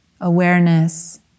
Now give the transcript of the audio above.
awareness